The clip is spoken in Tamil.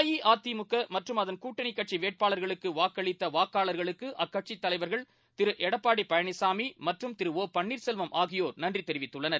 அஇஅதிமுக மற்றம் அதன் கூட்டணி கட்சி வேட்பாளர்களுக்கு வாக்களித்த வாக்காளர்களுக்கு அக்கட்சி தலைவர்கள் திரு எடப்பாடி பழனிசாமி மற்றும் திரு ஓ பன்னீர்செல்வம் ஆகியோர் நன்றி தெரிவித்துள்ளனர்